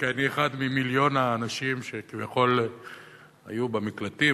כי אני אחד ממיליון האנשים שכביכול היו במקלטים,